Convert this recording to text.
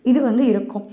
இது வந்து இருக்கும்